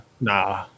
Nah